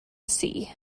sea